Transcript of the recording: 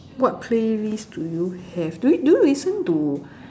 what playlist do you have do do you listen to